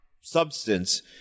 substance